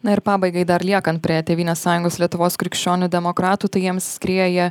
na ir pabaigai dar liekant prie tėvynės sąjungos lietuvos krikščionių demokratų tai jiems skrieja